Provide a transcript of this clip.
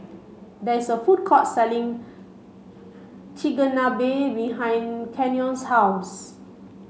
there is a food court selling Chigenabe behind Kenyon's house